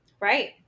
right